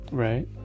right